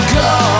go